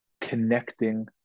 connecting